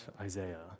Isaiah